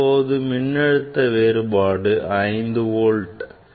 இப்போது மின்னழுத்த வேறுபாடு 5 வோல்ட்